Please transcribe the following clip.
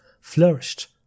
flourished